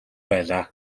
байлаа